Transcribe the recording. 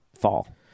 fall